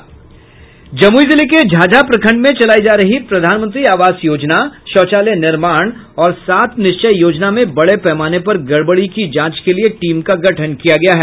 जमुई जिले के झाझा प्रखंड में चलायी जा रही प्रधानमंत्री आवास योजना शौचालय निर्माण और सात निश्चय योजना में बड़े पैमाने पर गड़बड़ी की जांच के लिए टीम का गठन किया गया है